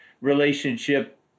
relationship